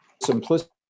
simplicity